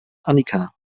annika